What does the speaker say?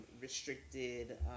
restricted